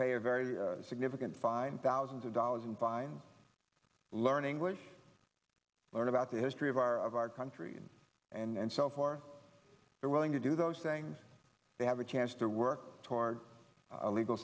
pay a very significant fine thousands of dollars in fines learn english learn about the history of our of our country and so far they're willing to do those things they have a chance to work toward a legal